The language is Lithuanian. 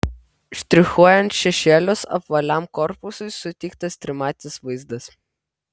štrichuojant šešėlius apvaliam korpusui suteiktas trimatis vaizdas